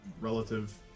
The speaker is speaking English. relative